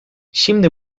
şimdi